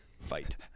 fight